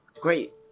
great